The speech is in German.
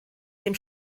dem